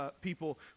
people